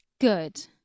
Good